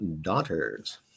daughters